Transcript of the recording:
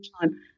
time